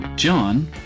John